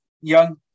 young